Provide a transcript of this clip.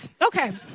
Okay